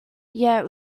yet